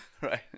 right